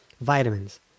vitamins